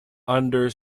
under